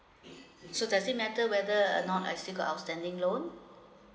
so does it matter whether uh I'm not I still got outstanding loan